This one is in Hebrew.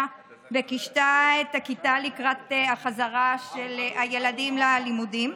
וקישטה את הכיתה לקראת החזרה של הילדים ללימודים,